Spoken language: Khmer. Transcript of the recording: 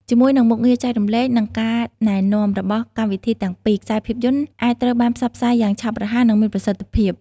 ជាមួយនឹងមុខងារចែករំលែក និងការណែនាំ របស់កម្មវិធីទាំងពីរ ខ្សែភាពយន្តអាចត្រូវបានផ្សព្វផ្សាយយ៉ាងឆាប់រហ័សនិងមានប្រសិទ្ធភាព។